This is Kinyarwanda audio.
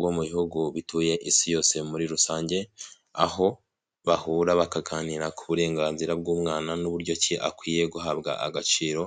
bo mu bihugu bituye isi yose muri rusange, aho bahura bakaganira ku burenganzira bw'umwana n'uburyo ki akwiye guhabwa agaciro.